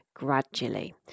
gradually